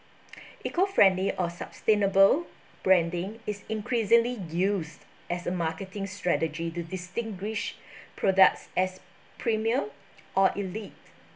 eco friendly or sustainable branding is increasingly used as a marketing strategy to distinguish products as premier or elite